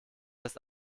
erst